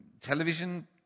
television